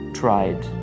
tried